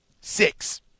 Six